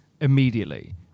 immediately